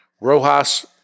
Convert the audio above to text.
Rojas